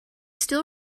still